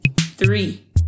Three